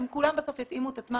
הם כולם בסוף יתאימו את עצמם.